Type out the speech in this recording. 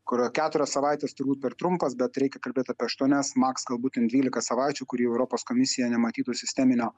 kurio keturios savaitės turbūt per trumpas bet reikia kalbėt apie aštuonias maks galbūt ten dvylika savaičių kur jau europos komisija nematytų sisteminio